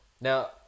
Now